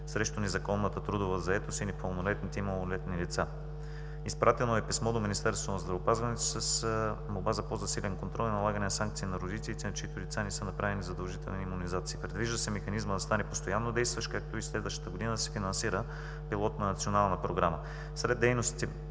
срещу незаконната трудова заетост и непълнолетните и малолетни лица. Изпратено е писмо до Министерството на здравеопазването с молба за по-засилен контрол и налагане на санкции на родителите, на чиито деца не са направени задължителни имунизации. Предвижда се механизмът да стане постоянно действащ, както и следващата година да се финансира пилотна национална програма. Сред дейностите,